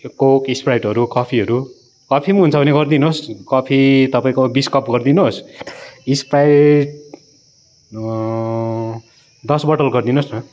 Coke स्प्राइटहरू कफीहरू coffee पनि हुन्छ भने गरिदिनुहोस् कफी तपाईँको बिस कप गरिदिनुहोस् स्प्राइट दस बोटल गरिदिनुहोस् न